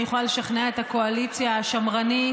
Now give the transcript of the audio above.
יכולה לשכנע את הקואליציה השמרנית,